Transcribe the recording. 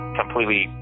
completely